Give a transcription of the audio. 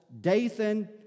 Dathan